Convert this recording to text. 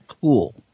cool